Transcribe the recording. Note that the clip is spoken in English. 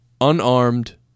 unarmed